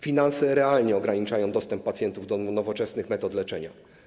Finanse realnie ograniczają dostęp pacjentów do nowoczesnych metod leczenia.